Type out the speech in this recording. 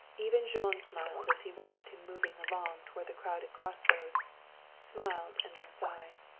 even jean smiled as he watched him moving along toward the crowded crossroads smiled and then sighed.